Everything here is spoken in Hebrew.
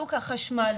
ניתוק החשמל,